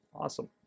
awesome